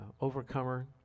overcomer